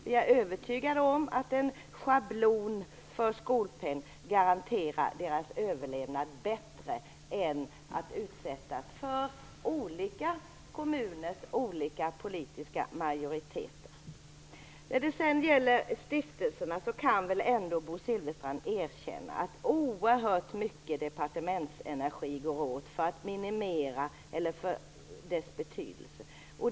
Vi är övertygade om att en schablon för skolpeng garanterar deras överlevnad bättre än att de utsätts för bedömningar hos olika kommuners olika politiska majoriteter. När det sedan gäller stiftelserna kan väl ändå Bengt Silfverstrand erkänna att oerhört mycket departementsenergi går åt att minimera deras betydelse.